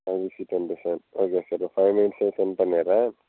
nine six twenty four okay sir ஒரு five மினிட்ஸ்ஸில் send பண்ணிவிட்றேன்